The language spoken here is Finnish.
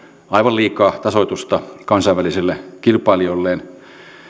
aivan liikaa tasoitusta kansainvälisille kilpailijoilleen